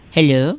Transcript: Hello